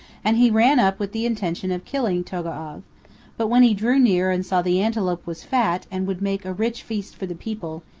and he ran up with the intention of killing togo'av but when he drew near and saw the antelope was fat and would make a rich feast for the people,